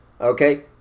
okay